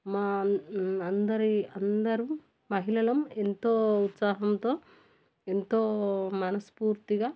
మా అందరి అందరూ మహిళలం ఎంతో ఉత్సాహంతో ఎంతో మనస్ఫూర్తిగా